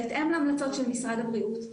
בהתאם להמלצות של משרד הבריאות.